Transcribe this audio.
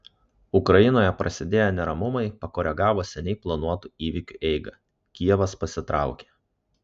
ukrainoje prasidėję neramumai pakoregavo seniai planuotų įvykiu eigą kijevas pasitraukė